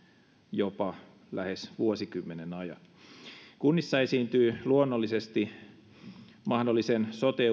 jopa lähes vuosikymmenen ajan kunnissa esiintyy luonnollisesti mahdollisen sote